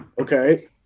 Okay